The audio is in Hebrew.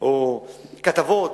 או כתבות,